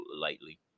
lightly